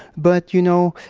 but, you know,